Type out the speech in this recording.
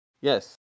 Yes